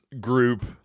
group